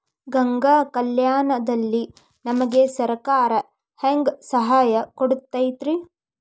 ಗಂಗಾ ಕಲ್ಯಾಣ ದಲ್ಲಿ ನಮಗೆ ಸರಕಾರ ಹೆಂಗ್ ಸಹಾಯ ಕೊಡುತೈತ್ರಿ?